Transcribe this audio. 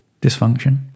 dysfunction